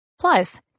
Plus